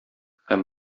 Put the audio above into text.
һәм